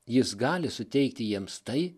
jis gali suteikti jiems tai